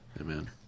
amen